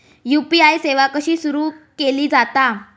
UPI सेवा कशी सुरू केली जाता?